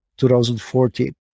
2014